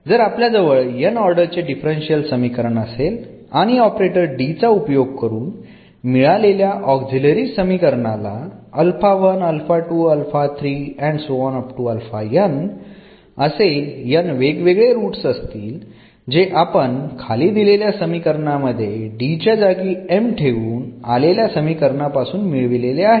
तर जर आपल्या जवळ n ऑर्डर चे डिफरन्शियल समीकरण असेल आणि ऑपरेटर D चा उपयोग करून मिळालेल्या ऑक्झिलरी समीकरण ला असे n वेगवेगळे रूट्स असतील जे आपण खाली दिलेल्या समीकरणा मध्ये D च्या जागी m ठेऊन आलेल्या समीकरणापासून मिळवलेले आहेत